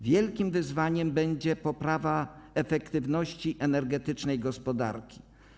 Wielkim wyzwaniem będzie poprawa efektywności energetycznej gospodarki.